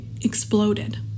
exploded